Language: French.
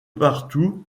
partout